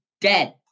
dead